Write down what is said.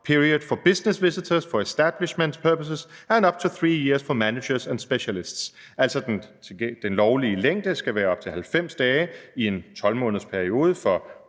period for business visitors for establishment purposes, and up to three years for managers and specialists.« Altså, den lovlige længde skal være op til 90 dage i en 12-månedersperiode for